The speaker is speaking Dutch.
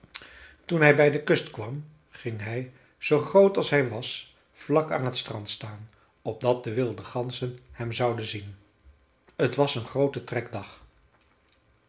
toen hij bij de kust kwam ging hij zoo groot als hij was vlak aan t strand staan opdat de wilde ganzen hem zouden zien t was een groote trekdag